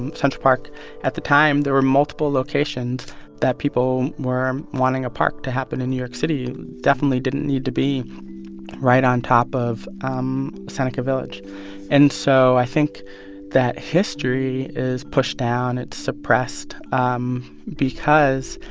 and central park at the time, there were multiple locations that people were wanting a park to happen in new york city. it definitely didn't need to be right on top of um seneca village and so i think that history is pushed down, it's suppressed um because,